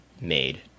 made